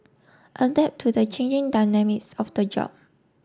adapt to the changing dynamics of the job